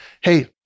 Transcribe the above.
hey